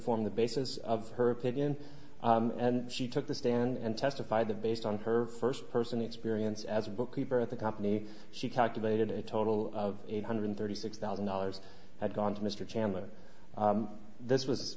form the basis of her opinion and she took the stand and testified that based on her first person experience as a bookkeeper at the company she calculated a total of eight hundred thirty six thousand dollars had gone to mr chandler this was